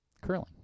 curling